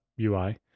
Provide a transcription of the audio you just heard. UI